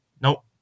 nope